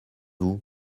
vous